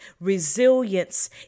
resilience